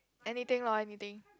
anything lor anything